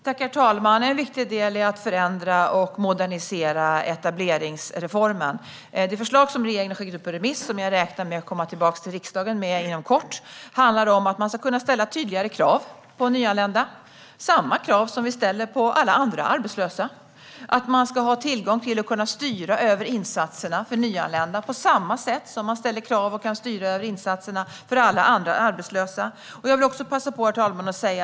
Herr talman! En viktig del är att förändra och modernisera etableringsreformen. Det förslag som regeringen har skickat ut på remiss, och som jag räknar med att komma tillbaka till riksdagen med inom kort, handlar om att man ska kunna ställa tydligare krav på nyanlända. Det ska vara samma krav som vi ställer på alla andra arbetslösa. Man ska ha tillgång till och kunna styra över insatserna för nyanlända på samma sätt som man ställer krav och kan styra över insatserna för alla andra arbetslösa. Herr talman!